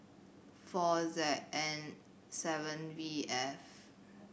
four Z N seven V F